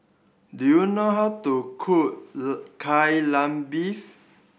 do you know how to cook Kai Lan Beef